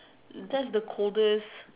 that the coldest